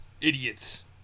idiots